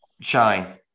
Shine